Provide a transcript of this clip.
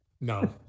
No